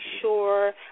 sure